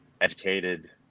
educated